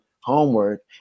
homework